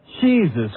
Jesus